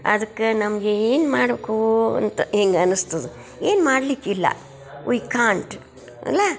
ಅದಕ್ಕೆ ನಮಗೆ ಏನು ಮಾಡೋಕೂ ಅಂತ ಹೀಗ್ ಅನ್ನಿಸ್ತದ ಏನು ಮಾಡಲಿಕ್ಕಿಲ್ಲ ವೀ ಕಾಂಟ್ ಅಲಾ